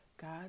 God